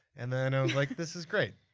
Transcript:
and then i was like, this is great.